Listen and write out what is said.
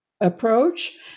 approach